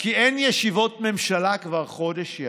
כי אין ישיבות ממשלה כבר חודש ימים,